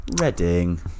Reading